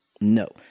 No